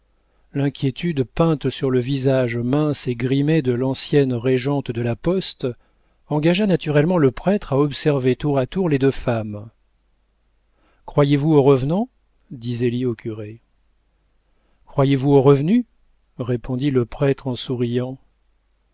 l'inquiétude peinte sur le visage mince et grimé de l'ancienne régente de la poste engagea naturellement le prêtre à observer tour à tour les deux femmes croyez-vous aux revenants dit zélie au curé croyez-vous aux revenus répondit le prêtre en souriant